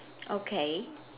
okay